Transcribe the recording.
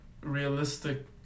realistic